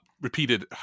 Repeated